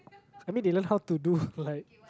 I mean they learn how to do like